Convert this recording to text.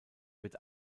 wird